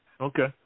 Okay